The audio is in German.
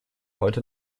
heute